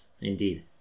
indeed